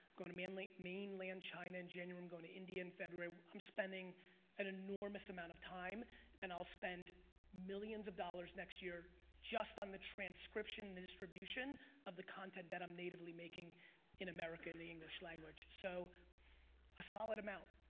goin' to like mainland china in january, i'm goin' to india in february, i'm spending an enormous amount of time and i'll spend millions of dollars next year just on the transcription, the distribution of the content that i'm natively making in america in the english language, so a solid amount.